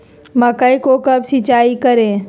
मकई को कब सिंचाई करे?